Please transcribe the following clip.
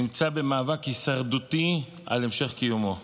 נמצא במאבק הישרדותי על המשך קיומו,